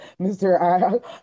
Mr